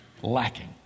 Lacking